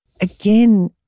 Again